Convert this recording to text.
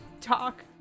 talk